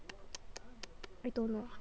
I don't know